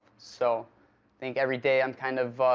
so think every day, i'm kind of, ah,